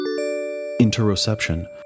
Interoception